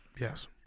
Yes